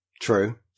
True